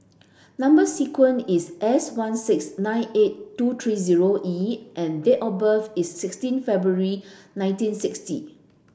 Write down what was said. number sequence is S one six nine eight two three zero E and date of birth is sixteen February nineteen sixty